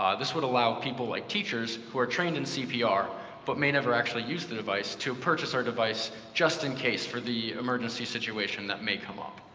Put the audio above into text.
ah this would allow people like teachers, who are trained in cpr but may never actually use the device, to purchase our device just in case for the emergency situation that may come up.